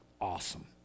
awesome